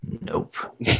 Nope